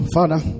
Father